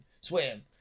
swim